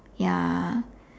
ya